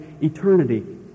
eternity